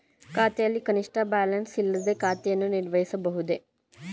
ಖಾತೆಯಲ್ಲಿ ಕನಿಷ್ಠ ಬ್ಯಾಲೆನ್ಸ್ ಇಲ್ಲದೆ ಖಾತೆಯನ್ನು ನಿರ್ವಹಿಸಬಹುದೇ?